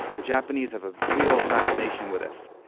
the japanese have a real fascination with this.